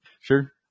sure